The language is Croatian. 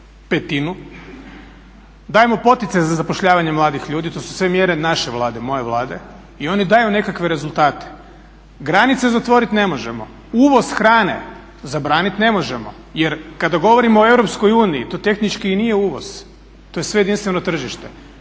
petinu. Dajemo poticaj za zapošljavanje mladih ljudi. To su sve mjere naše Vlade, moje Vlade i oni daju nekakve rezultate. Granice zatvoriti ne možemo. Uvoz hrane zabraniti ne možemo jer kada govorimo o EU to tehnički i nije uvoz, to je sve jedinstveno tržište.